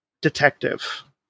detective